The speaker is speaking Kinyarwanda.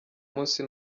munsi